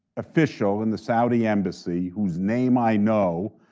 official in the saudi embassy, whose name i know,